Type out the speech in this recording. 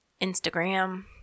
Instagram